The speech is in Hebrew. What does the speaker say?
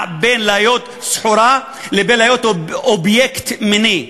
בין להיות סחורה לבין להיות אובייקט מיני.